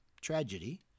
tragedy